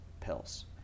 pills